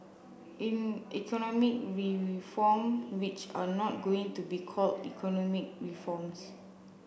economic reform which are not going to be called economic reforms